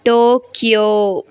Tokyo